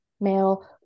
male